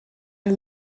and